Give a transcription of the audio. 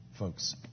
Folks